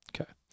Okay